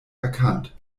erkannt